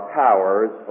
powers